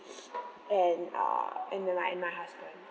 and uh and then my my husband